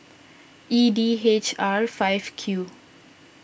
E D H R five Q